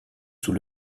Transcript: sous